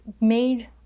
made